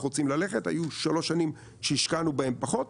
רוצים ללכת היו שלוש שנים שהשקענו בהם פחות,